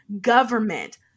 government